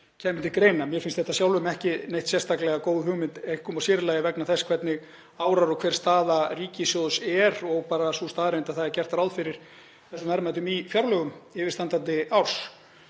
kæmi til greina. Mér finnst þetta sjálfum ekki neitt sérstaklega góð hugmynd, einkum og sér í lagi vegna þess hvernig árar og hver staða ríkissjóðs er fyrir utan þá staðreynd að það er gert ráð fyrir þessum verðmætum í fjárlögum yfirstandandi árs.